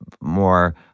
more